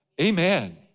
Amen